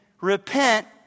repent